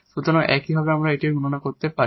সুতরাং একইভাবে একবার আমরা এটি গণনা করেছি